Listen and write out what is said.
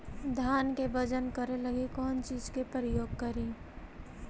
धान के बजन करे लगी कौन चिज के प्रयोग करि?